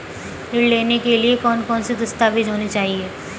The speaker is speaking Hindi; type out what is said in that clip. ऋण लेने के लिए कौन कौन से दस्तावेज होने चाहिए?